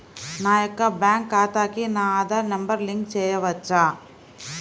నా యొక్క బ్యాంక్ ఖాతాకి నా ఆధార్ నంబర్ లింక్ చేయవచ్చా?